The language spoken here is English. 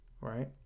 right